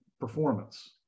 performance